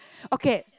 okay